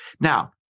Now